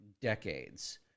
decades